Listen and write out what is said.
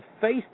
face